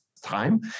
time